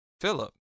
philip